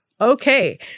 Okay